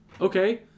Okay